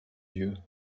yeux